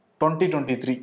2023